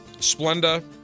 Splenda